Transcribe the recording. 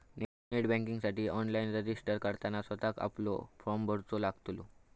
net बँकिंगसाठी online registered करताना स्वतःक आपलो फॉर्म भरूचो लागतलो